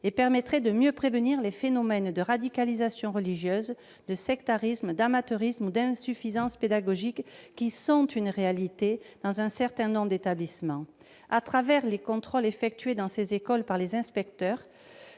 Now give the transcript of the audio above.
et permettrait de mieux prévenir les phénomènes de radicalisation religieuse, de sectarisme, d'amateurisme ou d'insuffisances pédagogiques, qui sont une réalité dans un certain nombre d'établissements. Au cours des contrôles effectués dans ces écoles, les inspecteurs